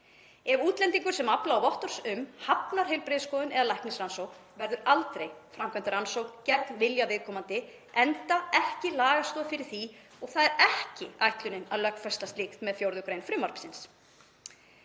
Ef útlendingur sem aflað er vottorðs um hafnar heilbrigðisskoðun eða læknisrannsókn verður aldrei framkvæmd rannsókn gegn vilja viðkomandi enda ekki lagastoð fyrir því og það er ekki ætlunin að lögfesta slíkt með 4. gr. frumvarpsins.